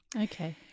Okay